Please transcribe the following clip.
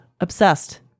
obsessed